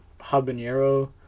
habanero